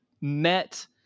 met